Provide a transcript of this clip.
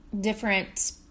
different